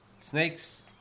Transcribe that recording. Snakes